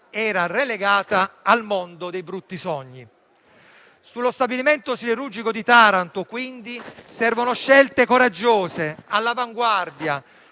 era relegata al mondo dei brutti sogni. Sullo stabilimento siderurgico di Taranto, quindi, servono scelte coraggiose, all'avanguardia,